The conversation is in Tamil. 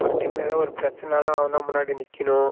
ஒரு டீம்ல ஏதோ ஒரு பிரச்சனைன்னாலும் அவன் தான் முன்னாடி நிற்கணும்